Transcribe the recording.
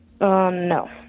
No